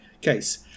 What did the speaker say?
case